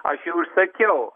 aš jau ir sakiau